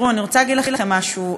אני רוצה להגיד לכם משהו: